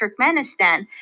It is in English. Turkmenistan